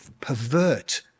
pervert